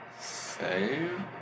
Save